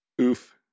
oof